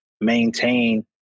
maintain